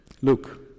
Look